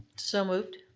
so moved.